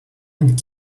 and